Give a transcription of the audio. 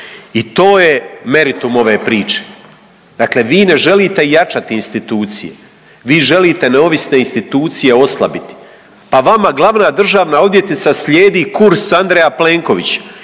I to je meritum ove priče. Dakle, vi ne želite jačati institucije, vi želite neovisne institucije oslabiti. Pa vama glavna državna odvjetnica slijedi kurs Andreja Plenkovića